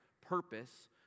purpose